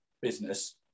business